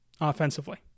offensively